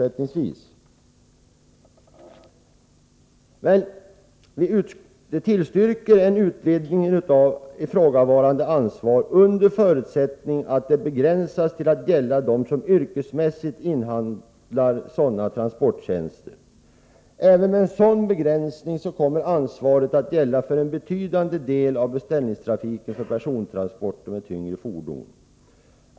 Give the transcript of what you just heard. Men utskottet tillstyrker en utvidgning av ifrågavarande ansvar under förutsättning att det begränsas till att gälla dem som yrkesmässigt inhandlar sådana transporttjänster. Även med en sådan begränsning kommer ansvaret att gälla för en betydande del av beställningstrafiken för persontransporter med tyngre fordon.